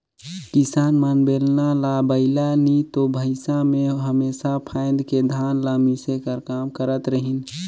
किसान मन बेलना ल बइला नी तो भइसा मे हमेसा फाएद के धान ल मिसे कर काम करत रहिन